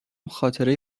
خاطره